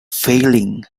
failing